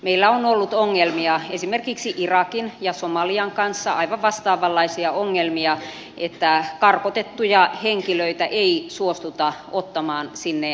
meillä on ollut ongelmia esimerkiksi irakin ja somalian kanssa aivan vastaavanlaisia ongelmia että karkotettuja henkilöitä ei suostuta ottamaan sinne lähtömaahan takaisin